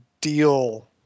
deal